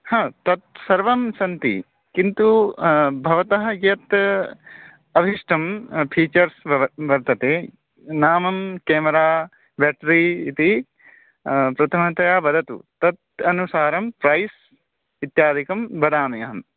हा तत् सर्वं सन्ति किन्तु भवतः यत् अभीष्टं फ़ीचर्स् तव वर्तते नामं केमरा बेट्रि इति प्रथमतया वदतु तत् अनुसारं प्रैस् इत्यादिकं वदामि अहं